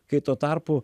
kai tuo tarpu